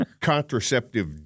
contraceptive